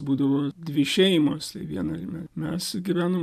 būdavo dvi šeimos viename mes gyvenome